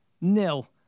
nil